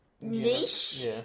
niche